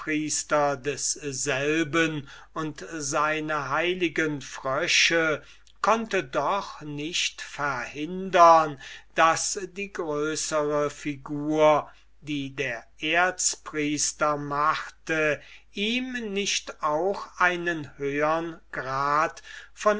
desselben und seine heiligen frösche konnte doch nicht verhindern daß die größre figur die der erzpriester machte ihm nicht auch einen höhern grad von